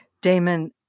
Damon